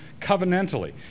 covenantally